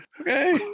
Okay